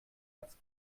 als